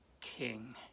king